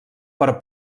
per